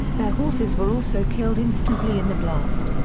their horses were also killed instantly in the blast.